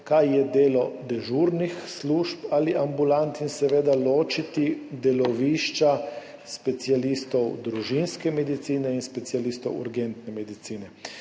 kaj je delo dežurnih služb ali ambulant, in seveda ločiti delovišča specialistov družinske medicine in specialistov urgentne medicine.